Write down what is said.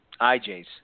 IJs